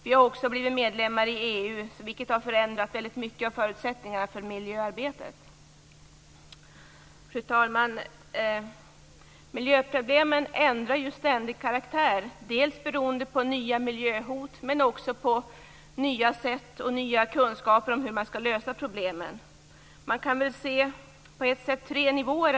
Vi har också blivit medlemmar i EU, vilket har förändrat mycket av förutsättningarna för miljöarbetet. Fru talman! Miljöproblemen ändrar ju ständigt karaktär. Det beror dels på nya miljöhot, dels på nya tillvägagångssätt och kunskaper om hur man skall lösa problemen. Man kan se miljöhot på tre nivåer.